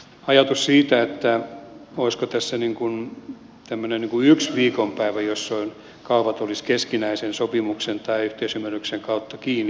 ajatus siitä että olisiko tässä niin kuin yksi viikonpäivä jolloin kaupat olisivat keskinäisen sopimuksen tai yhteisymmärryksen kautta kiinni